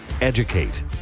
Educate